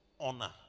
Honor